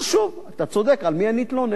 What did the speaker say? אבל שוב, אתה צודק, על מי אני אתלונן?